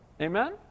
Amen